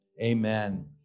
amen